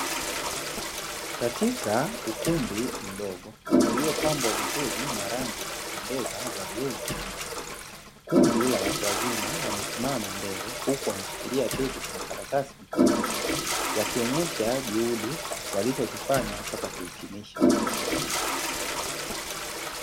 Katika ukumbi mdogo uliopambwa vizuri na rangi za kupendeza za bluu na kijani. Kundi la watu wazima wamesimama mbele huku wameshikilia vyeti vya makaratasi mkononi. Wakionyesha juhudi walizozifanya mpaka kuhitimisha masomo yao.